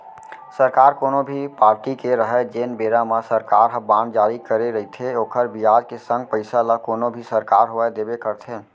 सरकार कोनो भी पारटी के रहय जेन बेरा म सरकार ह बांड जारी करे रइथे ओखर बियाज के संग पइसा ल कोनो भी सरकार होवय देबे करथे